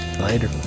Later